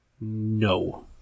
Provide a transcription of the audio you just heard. No